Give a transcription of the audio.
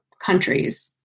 countries